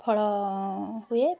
ଫଳ ହୁଏ